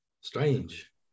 Strange